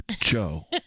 Joe